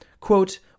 Quote